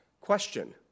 question